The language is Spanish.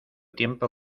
tiempo